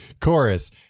Chorus